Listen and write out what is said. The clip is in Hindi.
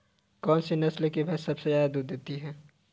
कौन सी नस्ल की भैंस सबसे ज्यादा दूध देती है?